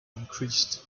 increased